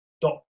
dot